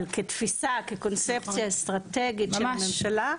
אבל כתפיסה אסטרטגית של הממשלה,